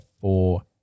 four